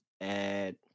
add